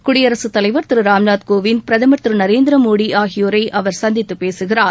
குடியரசுத்தலைவர் திரு ராம்நாத் கோவிந்த் பிரதமர் திரு நரேந்திர மோடி ஆகியோரை அவர் சந்தித்து பேசுகிறார்